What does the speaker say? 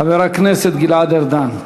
חבר הכנסת גלעד ארדן.